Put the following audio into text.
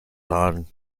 san